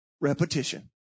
repetition